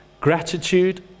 Gratitude